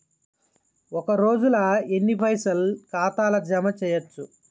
ఒక రోజుల ఎన్ని పైసల్ ఖాతా ల జమ చేయచ్చు?